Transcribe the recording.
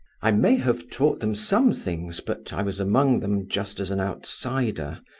i may have taught them some things, but i was among them just as an outsider,